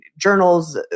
journals